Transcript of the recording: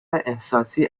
احساسی